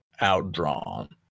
outdrawn